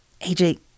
AJ